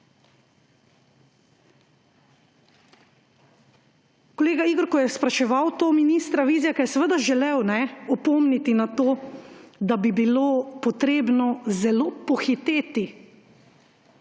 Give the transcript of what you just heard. Koleg Igor, ko je spraševal to ministra Vizjaka, je seveda želel opomniti na to, da bi bilo potrebno zelo pohiteti